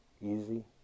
easy